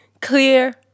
clear